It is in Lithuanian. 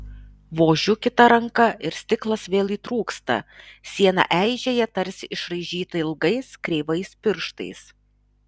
vožiu kita ranka ir stiklas vėl įtrūksta siena eižėja tarsi išraižyta ilgais kreivais pirštais